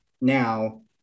now